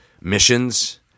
missions